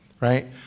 right